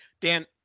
Dan